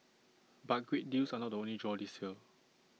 but great deals are not the only draw this year